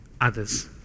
others